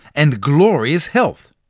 and glorious health.